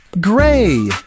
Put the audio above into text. gray